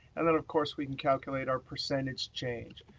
and then of course, we can calculate our percentage change.